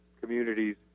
communities